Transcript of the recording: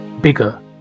bigger